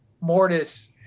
Mortis